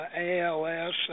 ALS